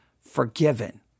forgiven